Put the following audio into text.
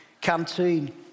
canteen